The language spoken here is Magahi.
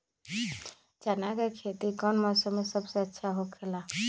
चाना के खेती कौन मौसम में सबसे अच्छा होखेला?